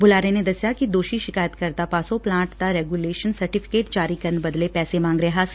ਬੁਲਾਰੇ ਨੇ ਦੱਸਿਆ ਦੋਸ਼ੀ ਸ਼ਿਕਾਇਤਕਰਤਾ ਪਾਸੋਂ ਪਲਾਂਟ ਦਾ ਰੈਗੁਲੇਸ਼ਨ ਸਰਟੀਫਿਕੇਟ ਜਾਰੀ ਕਰਨ ਬਦਲੇ ਪੈਸੇ ਮੰਗ ਰਿਹਾ ਸੀ